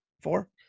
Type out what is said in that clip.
four